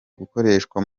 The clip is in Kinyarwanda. gukoreshwa